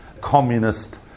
communist